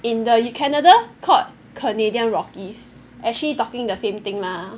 in the Canada called Canadian Rockies actually talking the same thing mah